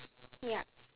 yup